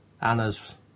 Anna's